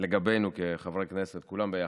לגבינו כחברי כנסת, כולם ביחד,